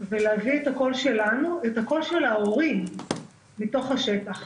ולהביא את הקול של ההורים מתוך השטח,